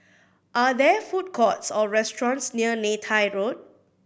are there food courts or restaurants near Neythai Road